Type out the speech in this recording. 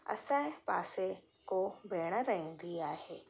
असांजे पासे को भेण रहंदी आहे